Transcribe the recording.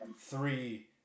three